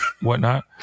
whatnot